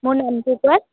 মোৰ নামটো কৈ